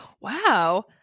Wow